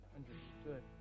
understood